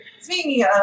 Speaking